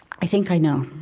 i think i know